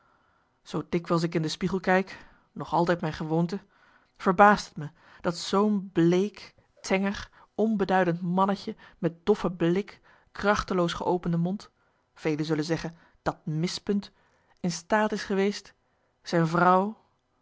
zoo dikwijls ik in de spiegel kijk nog altijd mijn gewoonte verbaast het me dat zoo'n bleek tenger onbeduidend mannetje met doffe blik krachteloos geopende mond velen zullen zeggen dat mispunt in staat is geweest zijn vrouw